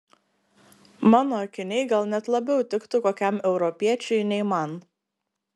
mano akiniai gal net labiau tiktų kokiam europiečiui nei man